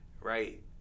right